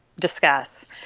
discuss